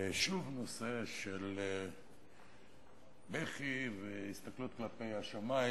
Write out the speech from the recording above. שוב נושא של בכי והסתכלות כלפי השמים,